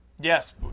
yes